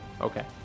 okay